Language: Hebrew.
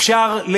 אפשר,